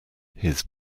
his